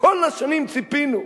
כל השנים ציפינו,